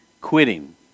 quitting